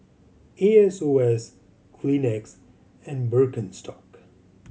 A S O S Kleenex and Birkenstock